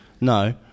No